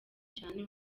cyane